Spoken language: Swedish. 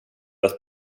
att